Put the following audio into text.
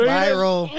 viral